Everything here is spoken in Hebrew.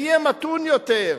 תהיה מתון יותר.